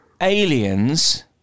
Aliens